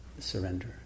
Surrender